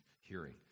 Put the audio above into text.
hearing